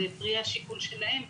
זה פרי השיקול שלהם.